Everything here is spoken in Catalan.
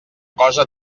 cosa